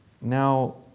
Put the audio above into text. Now